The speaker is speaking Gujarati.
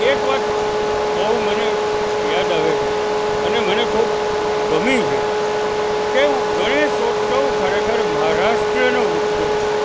એક વાત બહુ મને યાદ આવે છે અને મને ખૂબ ગમી છે કે હું ગણેશ ઉત્સવ ખરેખર મહારાષ્ટ્રનો ઉત્સવ છે